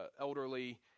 elderly